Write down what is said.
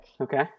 Okay